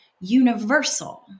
universal